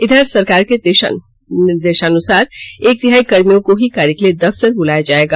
इधर सरकार के निर्देशानुसार एक तिहाई कर्मियों को ही कार्य के लिए दफ्तार बुलाया जाएगा